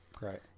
Right